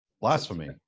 blasphemy